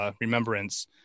remembrance